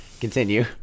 Continue